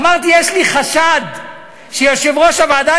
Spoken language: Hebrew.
אמרתי: יש לי חשד שיושב-ראש הוועדה